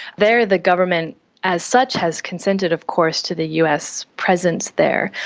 there the government as such has consented of course to the us presence there,